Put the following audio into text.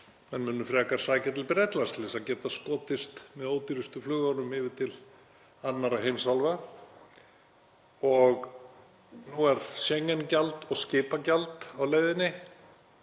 menn munu frekar sækja til Bretlands til að geta skotist með ódýrustu flugunum yfir til annarra heimsálfa. Nú er Schengen-gjald og skipagjald á leiðinni